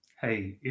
Hey